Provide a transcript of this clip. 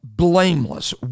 Blameless